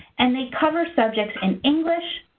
and they cover subjects in english,